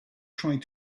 trying